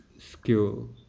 skill